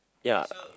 ya